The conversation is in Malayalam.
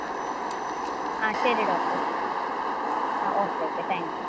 അ ആ ശരി ഡോക്ടർ ആ ഓക്കെ ഓക്കെ താങ്ക് യു